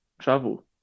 travel